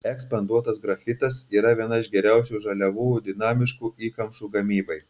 ekspanduotas grafitas yra viena iš geriausių žaliavų dinamiškų įkamšų gamybai